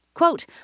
Quote